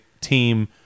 team